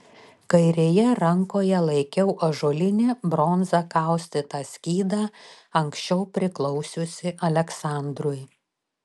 kairėje rankoje laikiau ąžuolinį bronza kaustytą skydą anksčiau priklausiusį aleksandrui